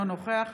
אינו נוכח